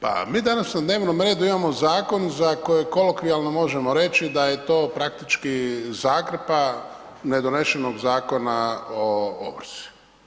Pa mi danas na dnevnom redu imamo zakon za koji kolokvijalno možemo reći da je to praktički zakrpa nedonešenog Zakona o ovrsi.